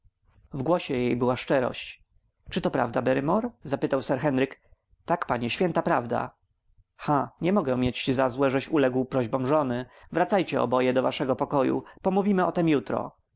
głosie jej była szczerość czy to prawda barrymore zapytał sir henryk tak panie święta prawda ha nie mogę mieć ci za złe żeś uległ prośbom żony wracajcie oboje do waszego pokoju pomówimy o tem jutro